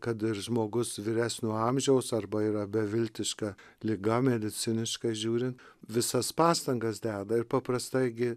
kad ir žmogus vyresnio amžiaus arba yra beviltiška liga mediciniškai žiūrin visas pastangas deda ir paprastai gi